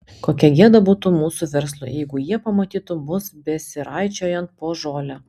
kokia gėda būtų mūsų verslui jeigu jie pamatytų mus besiraičiojant po žolę